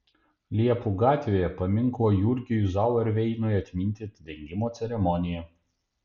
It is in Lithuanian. liepų gatvėje paminklo jurgiui zauerveinui atminti atidengimo ceremonija